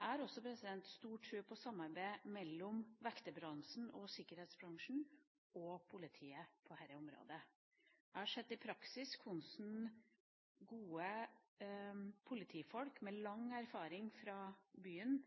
Jeg har også stor tro på samarbeid mellom vekter- og sikkerhetsbransjen og politiet på dette området. Jeg har sett i praksis hvordan gode politifolk med lang erfaring fra byen